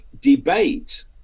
debate